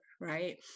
Right